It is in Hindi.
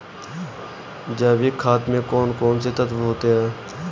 जैविक खाद में कौन कौन से तत्व होते हैं?